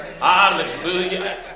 Hallelujah